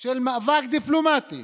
של מאבק דיפלומטי